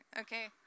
okay